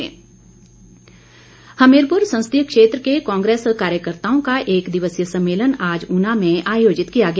कांग्रे स हमीरपुर संसदीय क्षेत्र के कांग्रेस कार्यकर्त्ताओं का एक दिवसीय सम्मेलन आज ऊना में आयोजित किया गया